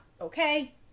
okay